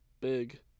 Big